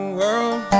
world